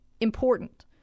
important